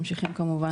ממשיכים כמובן להגיע.